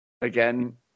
Again